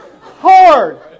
hard